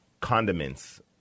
condiments